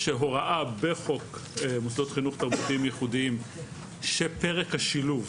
יש הוראה בחוק מוסדות חינוך תרבותיים ייחודיים שפרק השילוב